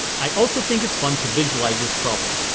i also think it's fun to visualize this problem.